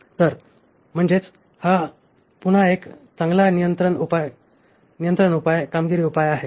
तर म्हणजेच हा पुन्हा एक चांगला नियंत्रण उपाय कामगिरी उपाय आहे